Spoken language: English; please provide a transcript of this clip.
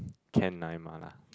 can nine mah lah